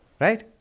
Right